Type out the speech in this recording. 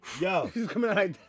Yo